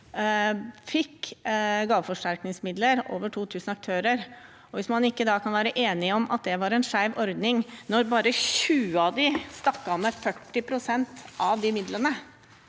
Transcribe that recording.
fikk gaveforsterkningsmidler, over 2 000 aktører. Hvis man ikke da kan være enig i at det var en skjev ordning, når bare 20 av dem stakk av med 40 pst. av midlene,